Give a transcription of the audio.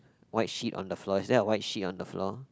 white sheet on the floor is there a white sheet on the floor